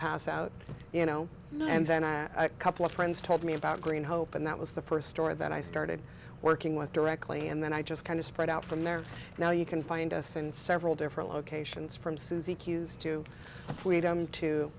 pass out you know and then a couple of friends told me about green hope and that was the first store that i started working with directly and then i just kind of spread out from there now you can find us in several different locations from suzi queues to freedom to